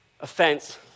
offense